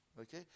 Okay